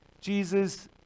Jesus